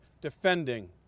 defending